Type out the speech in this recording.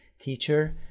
teacher